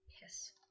Yes